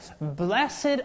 blessed